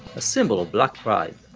a symbol of black pride.